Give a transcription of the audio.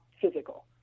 physical